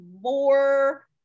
more